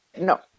No